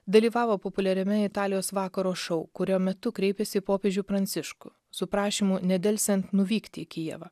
dalyvavo populiariame italijos vakaro šou kurio metu kreipėsi į popiežių pranciškų su prašymu nedelsiant nuvykti į kijevą